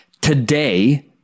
today